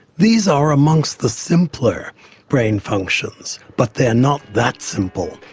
these are amongst the simpler brain functions, but they are not that simple,